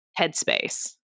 headspace